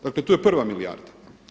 Dakle, tu je prva milijarda.